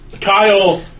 Kyle